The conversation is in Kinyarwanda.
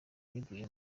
beguye